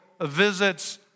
visits